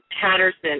Patterson